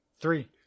three